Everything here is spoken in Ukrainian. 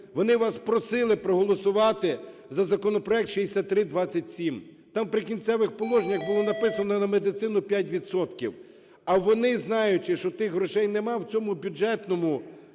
Вони вас просили проголосувати за законопроект 6327, там в "Прикінцевих" положеннях було написано "на медицину 5 відсотків". А вони, знаючи, що тих грошей нема, в цьому Бюджетному